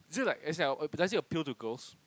is it like as in like does it appeal to girls